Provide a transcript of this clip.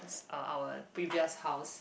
uh our previous house